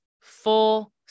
full